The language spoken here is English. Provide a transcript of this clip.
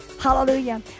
Hallelujah